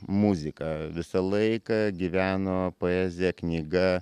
muzika visą laiką gyveno poezija knyga